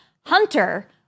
Hunter